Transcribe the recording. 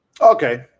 Okay